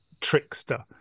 trickster